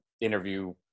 interview